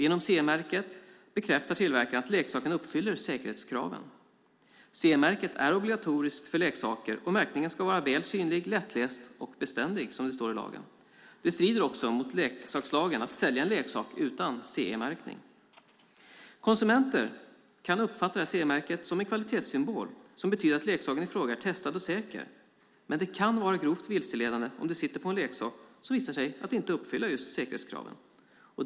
Genom CE-märket bekräftar tillverkaren att leksaken uppfyller säkerhetskraven. CE-märket är obligatoriskt för leksaker, och märkningen ska vara väl synlig, lättläst och beständig, som det står i lagen. Det strider också mot leksakslagen att sälja en leksak utan CE-märkning. Konsumenter kan uppfatta CE-märket som en kvalitetssymbol som betyder att leksaken i fråga är testad och säker. Men märket kan vara grovt vilseledande om det sitter på en leksak som visar sig inte uppfylla säkerhetskraven.